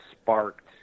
sparked